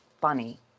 funny